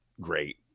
great